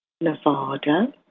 Nevada